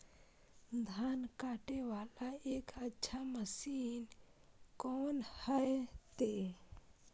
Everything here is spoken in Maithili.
धान कटे वाला एक अच्छा मशीन कोन है ते?